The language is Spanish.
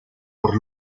por